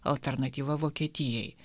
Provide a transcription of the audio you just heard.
alternatyva vokietijai